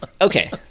Okay